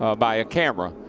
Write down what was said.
ah by a camera.